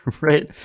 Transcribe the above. right